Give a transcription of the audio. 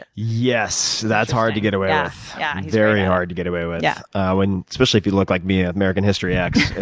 yes, that's hard to get away with, yeah very hard to get away with. yeah ah and especially if you look like me, an ah american history x.